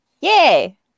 yay